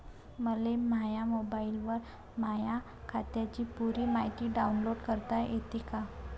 मले माह्या मोबाईलवर माह्या खात्याची पुरी मायती डाऊनलोड करता येते का?